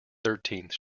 thirtieth